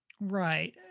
Right